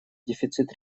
дефицит